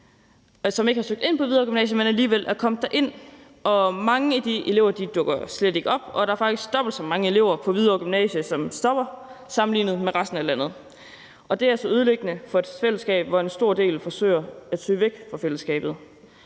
som ikke har søgt ind på Hvidovre Gymnasium, men alligevel er kommet derind. Mange af de elever dukker slet ikke op, og der er faktisk dobbelt så mange elever på Hvidovre Gymnasium, som stopper, sammenlignet med resten af landet. Det er altså ødelæggende for et fællesskab, når en stor del forsøger at søge væk fra fællesskabet.